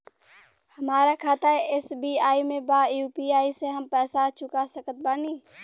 हमारा खाता एस.बी.आई में बा यू.पी.आई से हम पैसा चुका सकत बानी?